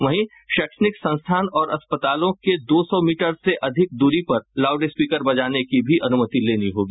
वहीं शैक्षणिक संस्थान और अस्पतालों के दो सौ मीटर से अधिक दूरी पर लाउड स्पीकर बजाने की भी अनुमति लेनी होगी